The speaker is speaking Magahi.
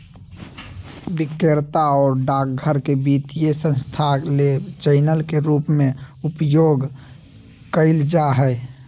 विक्रेता आरो डाकघर के वित्तीय संस्थान ले चैनल के रूप में उपयोग कइल जा हइ